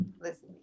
listen